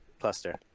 cluster